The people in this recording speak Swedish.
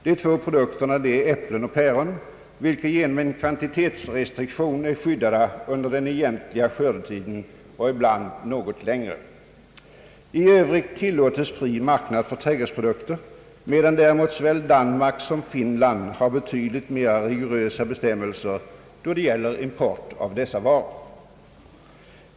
De två produkterna är äpplen och päron, vilka genom en kvantitetsrestriktion är skyddade under den egentliga skördetiden och ibland något längre. I övrigt tillåtes fri marknad för trädgårdsprodukter, medan däremot såväl Danmark som Finland har betydligt mera rigorösa bestämmelser för import av dessa varor.